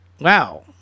wow